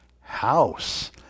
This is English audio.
house